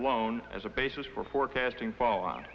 alone as a basis for forecasting fall on